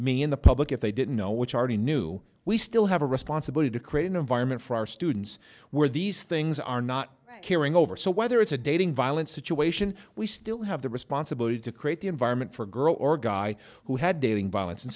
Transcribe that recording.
me in the public if they didn't know which already knew we still have a responsibility to create an environment for our students where these things are not caring over so whether it's a dating violence situation we still have the responsibility to create the environment for a girl or guy who had dating violence and